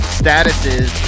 statuses